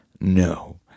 no